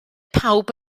pawb